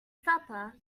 supper